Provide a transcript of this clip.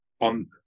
on